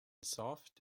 soft